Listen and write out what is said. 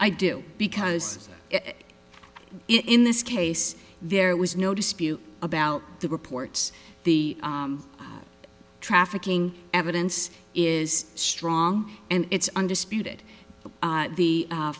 i do because in this case there was no dispute about the reports the trafficking evidence is strong and it's undisputed the